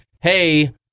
hey